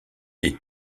des